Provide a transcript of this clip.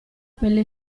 pelle